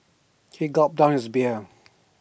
he gulped down his beer